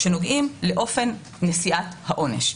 שנוגעים לאופן נשיאת העונש,